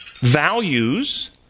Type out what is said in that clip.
values